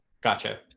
Gotcha